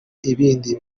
ibindi